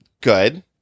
good